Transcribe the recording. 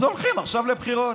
אז הולכים עכשיו לבחירות.